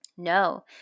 no